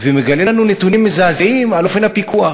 ומגלה לנו נתונים מזעזעים על אופן הפיקוח.